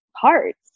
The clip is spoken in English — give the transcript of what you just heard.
parts